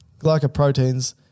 glycoproteins